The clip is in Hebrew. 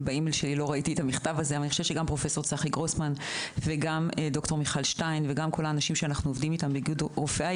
אני חושבת שגם פרופסור גרוסמן וגם דוקטור שטיין וגם איגוד רופאי